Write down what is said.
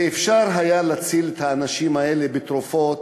ואפשר היה להציל את האנשים האלה עם תרופות